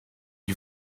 you